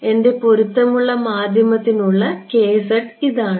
എൻറെ പൊരുത്തമുള്ള മാധ്യമത്തിന് ഉള്ള ഇതാണ്